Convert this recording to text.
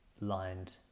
lined